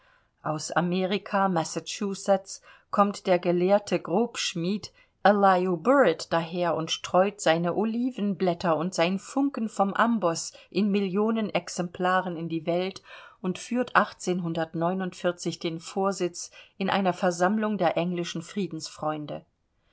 aus amerika massachusetts kommt der gelehrte grobschmied elihu burritt daher und streut seine oliven blätter und sein funken vom amboß in millionen exemplaren in die welt und führt den vorsitz in einer versammlung der englischen friedensfreunde